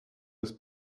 his